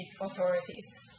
authorities